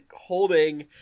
holding